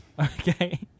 Okay